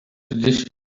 tradition